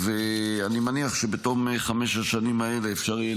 ואני מניח שבתום חמש השנים האלה אפשר יהיה